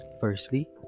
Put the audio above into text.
firstly